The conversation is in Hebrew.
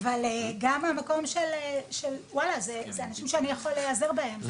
אבל גם המקום של וואלה זה אנשים שאני יכול להיעזר בהם,